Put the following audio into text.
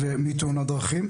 מתאונת דרכים.